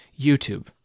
YouTube